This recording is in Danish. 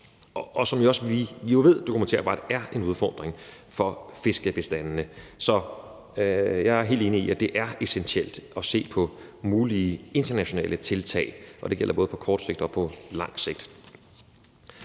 og vi skal jo finde ud af, hvordan det kan foregå. Så jeg er helt enig i, at det er essentielt at se på mulige internationale tiltag, og det gælder både på kort sigt og på lang sigt.